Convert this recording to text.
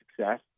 success